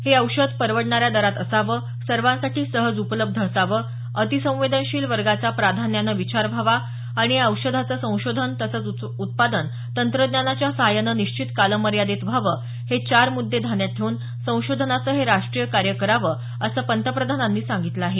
हे औषध परवडणाऱ्या दरात असावं सर्वांसाठी सहज उपलब्ध असावं अतिसंवेदनशील वर्गाचा प्राधान्यानं विचार व्हावा आणि या औषधाचं संशोधन तसंच उत्पादन तंत्रज्ञानाच्या सहाय्यानं निश्चित कालमर्यादेत व्हावं हे चार मुद्दे ध्यानात ठेवून संशोधनाचं हे राष्ट्रीय कार्य करावं असं पंतप्रधानांनी सांगितलं आहे